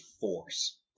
force